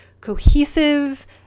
cohesive